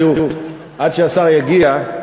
תראו, עד שהשר יגיע,